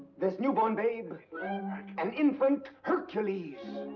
this newborn babe an infant hercules!